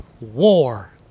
war